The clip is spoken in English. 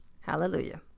hallelujah